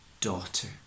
daughter